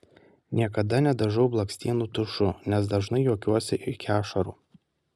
niekada nedažau blakstienų tušu nes dažnai juokiuosi iki ašarų